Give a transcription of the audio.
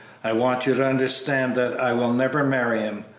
i want you to understand that i will never marry him!